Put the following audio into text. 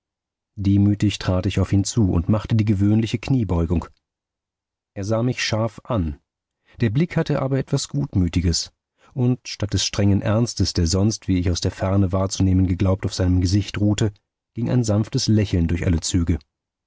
demütig trat ich auf ihn zu und machte die gewöhnliche kniebeugung er sah mich scharf an der blick hatte aber etwas gutmütiges und statt des strengen ernstes der sonst wie ich aus der ferne wahrzunehmen geglaubt auf seinem gesicht ruhte ging ein sanftes lächeln durch alle züge